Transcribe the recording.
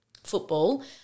Football